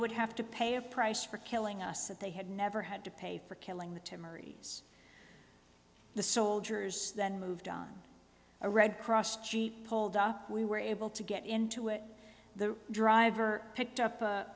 would have to pay a price for killing us that they had never had to pay for killing the to murray's the soldiers then moved on a red cross jeep pulled up we were able to get into it the driver picked up a